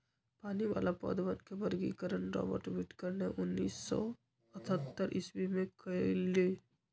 पानी वाला पौधवन के वर्गीकरण रॉबर्ट विटकर ने उन्नीस सौ अथतर ईसवी में कइलय